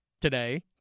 today –